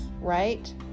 right